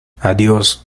adiós